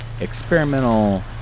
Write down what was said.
experimental